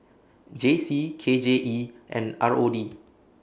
J C K J E and R O D